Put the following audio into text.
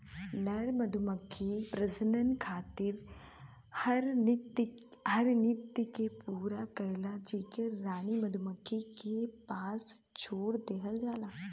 नर मधुमक्खी प्रजनन खातिर हर नृत्य के पूरा करला जेके रानी मधुमक्खी के पास छोड़ देहल जाला